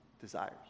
desires